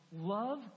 love